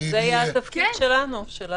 זה יהיה התפקיד שלנו.